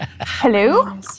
Hello